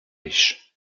riche